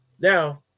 Now